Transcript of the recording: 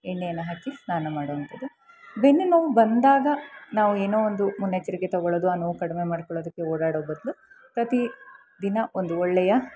ಎಣ್ಣೆಯನ್ನು ಹಚ್ಚಿ ಸ್ನಾನ ಮಾಡುವಂಥದ್ದು ಬೆನ್ನು ನೋವು ಬಂದಾಗ ನಾವು ಏನೋ ಒಂದು ಮುನ್ನೆಚ್ಚರಿಕೆ ತೊಗೊಳ್ಳೋದು ಆ ನೋವು ಕಡಿಮೆ ಮಾಡಿಕೊಳ್ಳೋದಕ್ಕೆ ಓಡಾಡೋ ಬದಲು ಪ್ರತಿ ದಿನ ಒಂದು ಒಳ್ಳೆಯ